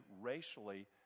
racially